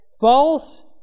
False